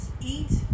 eat